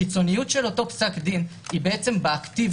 הקיצוניות של אותו פסק דין היא באקטיביות,